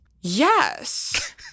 yes